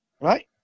Right